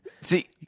See